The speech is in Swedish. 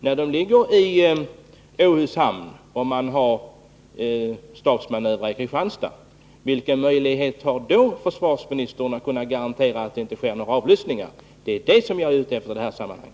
När de ligger i Åhus hamn och man har statsmanöver i Kristianstad — vilken möjlighet har försvarsministern att garantera att det inte då sker några avlyssningar? — Det är det som jag är ute efter i detta sammanhang.